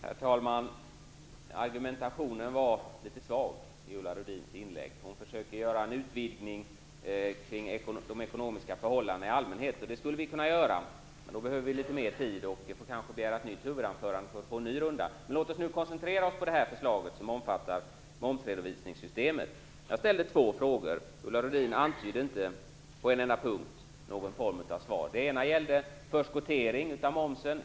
Herr talman! Argumentationen var litet svag i Ulla Rudins inlägg. Hon försökte göra en utvidgning kring de ekonomiska förhållandena i allmänhet. Det skulle vi kunna göra, men då skulle vi behöva litet mer tid. Vi kanske får begära ordet för ett nytt anförande för att få en ny runda. Men låt oss nu koncentrera oss på det här förslaget som omfattar momsredovisningssystemet. Jag ställde två frågor. Ulla Rudin antydde inte på en enda punkt någon form av svar. Den ena gällde förskottering av momsen.